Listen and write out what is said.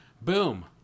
Boom